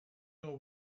know